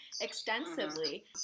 extensively